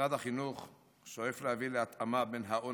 משרד החינוך שואף להביא להתאמה בין ההון